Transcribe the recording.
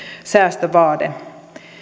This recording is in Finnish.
säästövaade